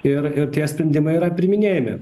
ir ir tie sprendimai yra priiminėjami